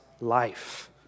life